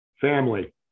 Family